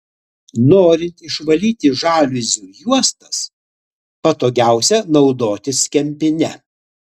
norint išvalyti žaliuzių juostas patogiausia naudotis kempine